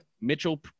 Mitchell